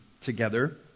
together